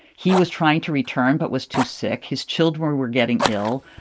he was trying to return but was too sick. his children were were getting ill.